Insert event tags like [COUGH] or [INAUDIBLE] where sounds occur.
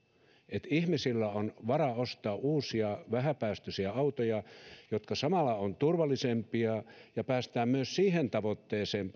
että ihmisillä on varaa ostaa uusia vähäpäästöisiä autoja jotka samalla ovat turvallisempia ja päästään paremmin myös siihen tavoitteeseen [UNINTELLIGIBLE]